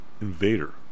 invader